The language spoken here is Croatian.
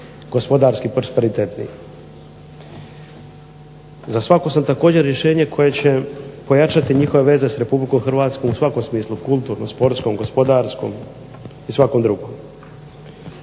gospodarski prosperitetnim. Za svako sam također rješenje koje će pojačati njihove veze s Republikom Hrvatskom u svakom smislu, kulturnom, sportskom, gospodarskom i svakom drugom.